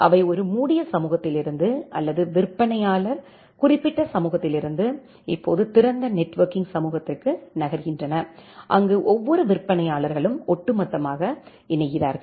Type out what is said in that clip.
அவை ஒரு மூடிய சமூகத்திலிருந்து அல்லது விற்பனையாளர் குறிப்பிட்ட சமூகத்திலிருந்து இப்போது திறந்த நெட்வொர்க்கிங் சமூகத்திற்கு நகர்கின்றன அங்கு ஒவ்வொரு விற்பனையாளர்களும் ஒட்டுமொத்தமாக இணைகிறார்கள்